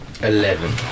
Eleven